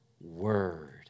word